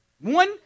One